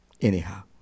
anyhow